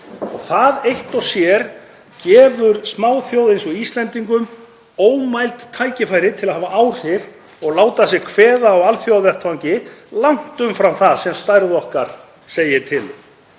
Það eitt og sér gefur smáþjóð eins og Íslendingum ómæld tækifæri til að hafa áhrif og láta að sér kveða á alþjóðavettvangi langt umfram það sem stærð okkar segir til